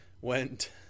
went